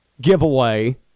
giveaway